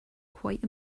quite